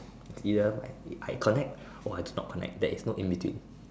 it's either my I connect or I do not connect there is no in between